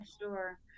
sure